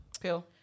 Pill